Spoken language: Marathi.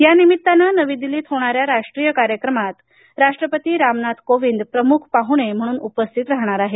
या निमित्ताने नवी दिल्लीत होणा या राष्ट्रीय कार्यक्रमात राष्ट्रपती रामनाथ कोविंद प्रमुख पाहुणे म्हणून उपस्थित राहणार आहेत